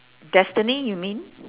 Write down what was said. destiny you mean